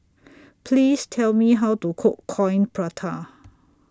Please Tell Me How to Cook Coin Prata